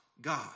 God